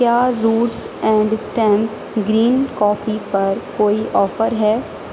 کیا roots and stems green coffee پر کوئی آفر ہے